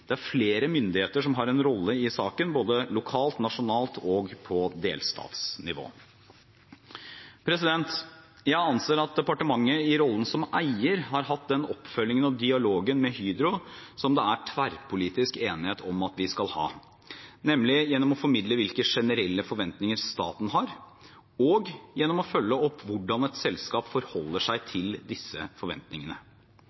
Det er flere myndigheter som har en rolle i saken, både lokalt, nasjonalt og på delstatsnivå. Jeg anser at departementet i rollen som eier har hatt den oppfølgingen og dialogen med Hydro som det er tverrpolitisk enighet om at vi skal ha, nemlig gjennom å formidle hvilke generelle forventninger staten har, og gjennom å følge opp hvordan et selskap forholder seg